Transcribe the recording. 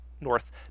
North